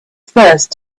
first